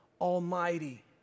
almighty